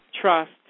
trust